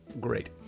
Great